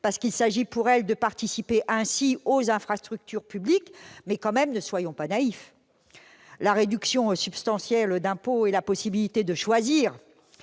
ainsi. Il s'agit pour elles de participer ainsi aux infrastructures publiques. Mais, ne soyons pas naïfs ! La réduction substantielle d'impôt et la possibilité de choisir